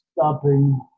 stopping